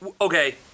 Okay